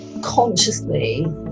consciously